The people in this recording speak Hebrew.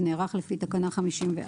שנערך לפי תקנה 54,